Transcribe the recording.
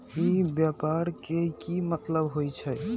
ई व्यापार के की मतलब होई छई?